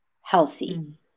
healthy